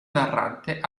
narrante